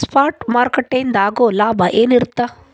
Spot ಮಾರುಕಟ್ಟೆಯಿಂದ ಆಗೋ ಲಾಭ ಏನಿರತ್ತ?